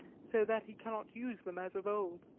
so that he cannot use them as of old.